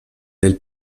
del